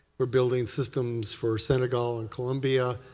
we're building systems for senegal and columbia